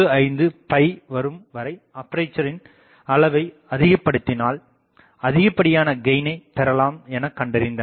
75வரும் வரை அப்பேசரின் அளவை அதிகபடுத்தினால் அதிகபடியான கெயினை பெறலாம் எனக்கண்டறிந்தனர்